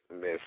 Miss